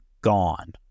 gone